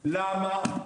למה?